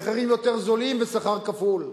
מחירים יותר זולים ושכר כפול.